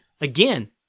again